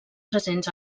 presents